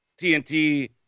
tnt